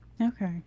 Okay